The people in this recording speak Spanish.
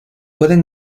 pueden